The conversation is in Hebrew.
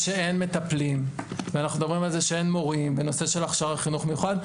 - שאין מורים ואין מטפלים בנושא של הכשרה לחינוך מיוחד,